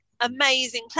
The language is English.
amazing